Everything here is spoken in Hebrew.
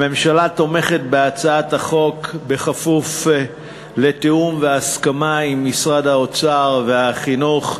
הממשלה תומכת בהצעת החוק בכפוף לתיאום והסכמה עם משרדי האוצר והחינוך,